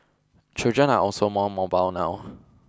children are also more mobile now